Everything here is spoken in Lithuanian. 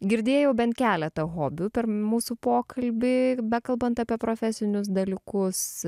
girdėjau bent keletą hobių per mūsų pokalbį bekalbant apie profesinius dalykus